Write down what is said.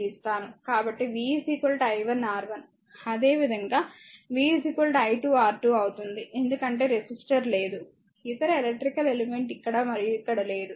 కాబట్టి v i1 R1 అదేవిధంగా v i2 R2 అవుతుంది ఎందుకంటే రెసిస్టర్ లేదు ఇతర ఎలక్ట్రికల్ ఎలిమెంట్ ఇక్కడ మరియు ఇక్కడ లేదు